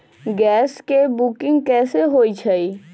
Gas के booking कैसे होईछई?